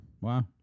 Wow